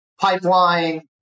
pipeline